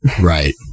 Right